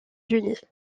unis